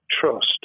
trust